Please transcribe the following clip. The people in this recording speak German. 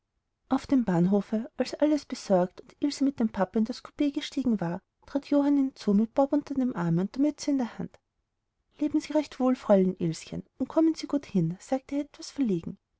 auf dem bahnhofe als alles besorgt und ilse mit dem papa in das koupee gestiegen war trat johann hinzu mit bob unter dem arme und der mütze in der hand leben sie recht wohl fräulein ilschen und kommen sie gut hin sagte er etwas verlegen